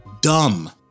dumb